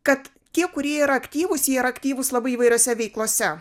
kad tie kurie yra aktyvūs jie yra aktyvūs labai įvairiose veiklose